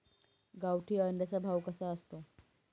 गावठी अंड्याचा भाव कसा असतो?